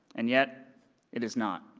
and yet it is not.